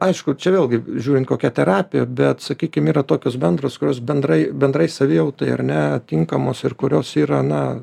aišku čia vėlgi žiūrint kokia terapija bet sakykim yra tokios bendros kurios bendrai bendrai savijautai ar ne tinkamos ir kurios yra na